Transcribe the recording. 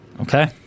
okay